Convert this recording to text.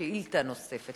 שאילתא נוספת,